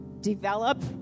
develop